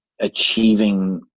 achieving